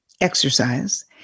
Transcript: exercise